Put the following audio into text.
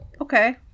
Okay